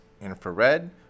infrared